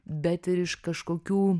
bet ir iš kažkokių